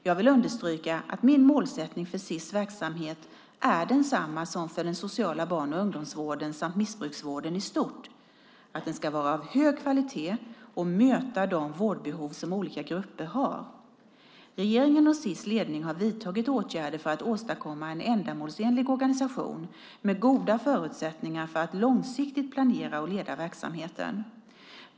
Jag vill understryka att min målsättning för SiS verksamhet är densamma som för den sociala barn och ungdomsvården samt missbrukarvården i stort, det vill säga att den ska vara av hög kvalitet och möta de vårdbehov som olika grupper har. Regeringen och SiS ledning har vidtagit åtgärder för att åstadkomma en ändamålsenlig organisation med goda förutsättningar för att långsiktigt planera och leda verksamheten.